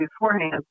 beforehand